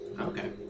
Okay